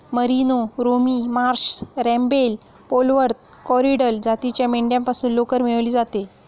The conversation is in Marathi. मरिनो, रोमी मार्श, रॅम्बेल, पोलवर्थ, कॉरिडल जातीच्या मेंढ्यांपासून लोकर मिळवली जाते